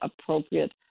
appropriate